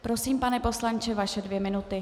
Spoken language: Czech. Prosím, pane poslanče, vaše dvě minuty.